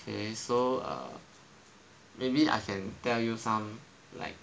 okay so err maybe I can tell you some like